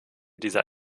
dieser